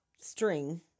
string